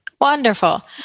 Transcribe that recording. Wonderful